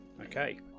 Okay